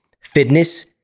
Fitness